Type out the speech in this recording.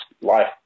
life